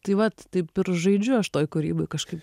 tai vat taip ir žaidžiu aš toj kūryboj kažkaip